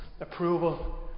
approval